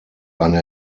eine